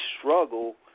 struggle